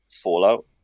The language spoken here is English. Fallout